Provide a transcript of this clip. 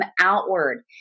outward